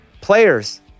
Players